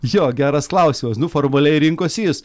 jo geras klausimas nu formaliai rinkosi jis